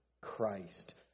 Christ